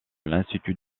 l’institut